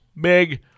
big